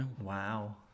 Wow